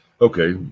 okay